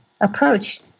approach